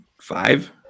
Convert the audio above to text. five